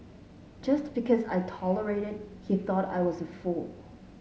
just because I tolerated he thought I was a fool